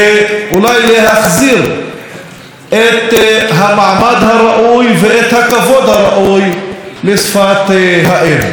אולי להחזיר את המעמד הראוי ואת הכבוד הראוי לשפת האם.